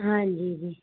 ਹਾਂਜੀ ਜੀ